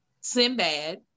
Sinbad